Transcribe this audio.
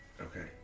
Okay